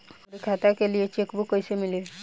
हमरी खाता के लिए चेकबुक कईसे मिली?